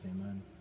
Amen